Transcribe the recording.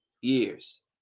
years